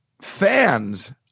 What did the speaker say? Fans